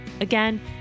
Again